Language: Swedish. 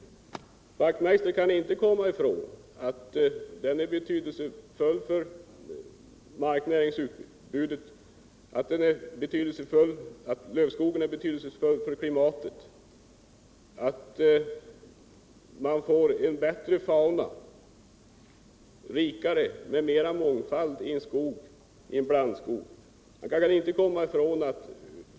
Hans Wachtmeister kan inte komma ifrån att lövskogen är betydelsefull för marknäringsutbudet och för klimatet, att man får en rikare fauna med mer mångfald i en blandskog.